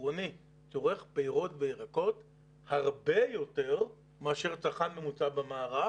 עקרוני צורך פירות וירקות הרבה יותר מאשר צרכן ממוצע במערב.